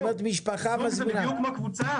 זה בדיוק כמו קבוצה.